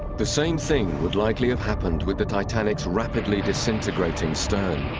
the same thing would likely have happened with the titanic's rapidly disintegrating stone